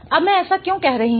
अब मैं ऐसा क्यों कह रही हूं